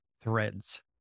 Threads